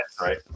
right